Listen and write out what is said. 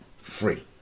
free